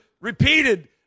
repeated